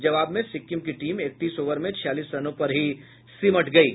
जवाब में सिक्किम की टीम इकतीस ओवर में छियालीस रनों पर ही सिमट गयी